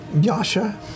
Yasha